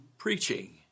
Preaching